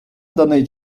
даний